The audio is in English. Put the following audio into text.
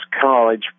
college